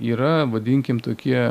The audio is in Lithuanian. yra vadinkim tokie